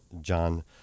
John